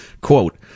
quote